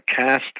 cast